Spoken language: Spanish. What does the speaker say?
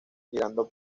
girando